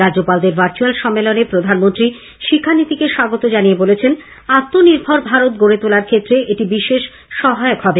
রাজ্যপালদের virtual সম্মেলনে প্রধানমন্ত্রী শিক্ষানীতিকে স্বাগত জানিয়ে বলেছেন আত্মনির্ভর ভারত গড়ে তোলার ক্ষেত্রে এটি বিশেষ সহায়ক হবে